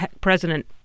president